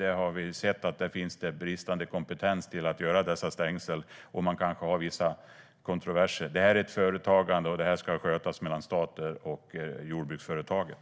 Där finns inte kompetensen att göra dessa stängsel, och det kan bli vissa kontroverser. Detta ska skötas mellan staten och jordbruksföretaget.